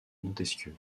montesquieu